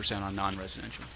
percent on nonresidential